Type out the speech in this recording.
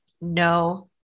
no